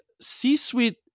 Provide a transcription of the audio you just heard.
C-suite